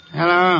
Hello